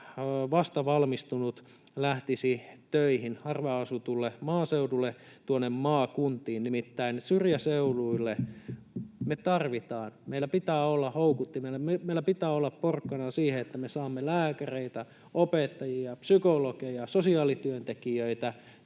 vastavalmistunut lähtisi töihin harvaan asutulle maaseudulle, tuonne maakuntiin. Nimittäin syrjäseuduille me tarvitaan ja meillä pitää olla houkuttimia. Meillä pitää olla porkkana siihen, että me saamme lääkäreitä, opettajia, psykologeja ja sosiaalityöntekijöitä